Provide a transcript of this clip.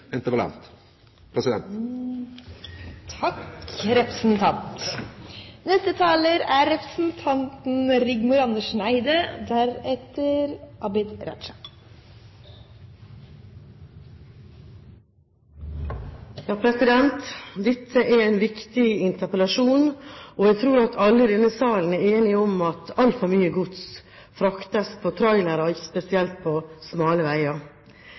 president. Takk, representant! Dette er en viktig interpellasjon, og jeg tror at alle i denne salen er enige om at altfor mye gods fraktes på trailere, spesielt på smale veier.